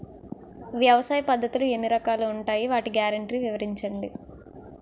వ్యవసాయ పద్ధతులు ఎన్ని రకాలు ఉంటాయి? వాటి గ్యారంటీ వివరించండి?